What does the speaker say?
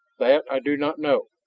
that i do not know,